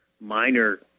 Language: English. minor